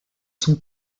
son